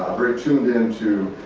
very tuned into